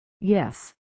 Yes